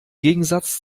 gegensatz